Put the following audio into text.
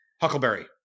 Huckleberry